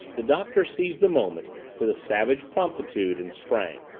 the doctor seized the moment with a savage promptitude and sprang.